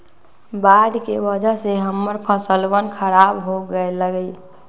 बाढ़ के वजह से हम्मर फसलवन खराब हो गई लय